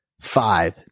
five